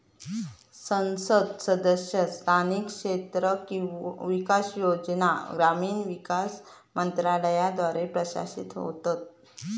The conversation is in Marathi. संसद सदस्य स्थानिक क्षेत्र विकास योजना ग्रामीण विकास मंत्रालयाद्वारा प्रशासित होता